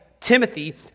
Timothy